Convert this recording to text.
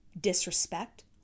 Disrespect